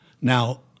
now